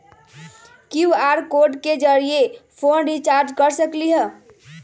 QR code के जरिय phone recharge कर सकली ह?